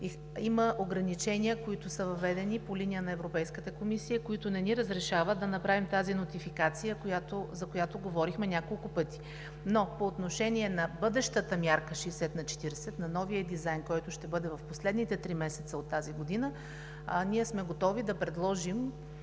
има ограничения, въведени по линия на Европейската комисия, които не ни разрешават да направим тази нотификация, за която говорихме няколко пъти. Но по отношение на бъдещата мярка 60/40, на новия дизайн, който ще бъде в последните три месеца от тази година, ние сме готови да предложим